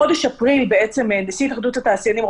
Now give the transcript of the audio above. בחודש אפריל נשיא התאחדות התעשיינים,